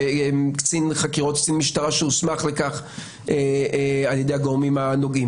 קצין משטרה שהוסמך לכך ע"י הגורמים הנוגעים,